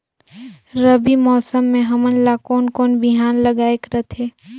रबी मौसम मे हमन ला कोन कोन बिहान लगायेक रथे?